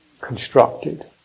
constructed